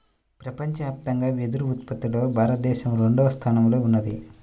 ప్రపంచవ్యాప్తంగా వెదురు ఉత్పత్తిలో భారతదేశం రెండవ స్థానంలో ఉన్నది